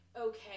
okay